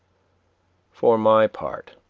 for my part,